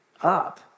up